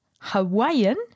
Hawaiian